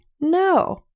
No